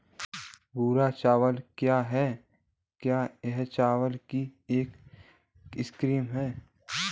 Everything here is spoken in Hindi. भूरा चावल क्या है? क्या यह चावल की एक किस्म है?